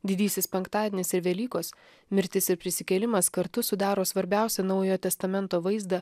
didysis penktadienis ir velykos mirtis ir prisikėlimas kartu sudaro svarbiausią naujojo testamento vaizdą